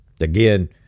Again